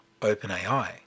OpenAI